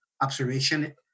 observation